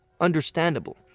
understandable